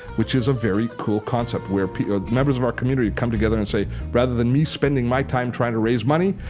which is a very cool concept where the members of our community come together and say rather than me spending my time trying to raise money,